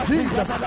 Jesus